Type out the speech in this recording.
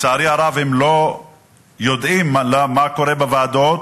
לצערי הרב, הם לא יודעים מה קורה בוועדות